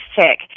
sick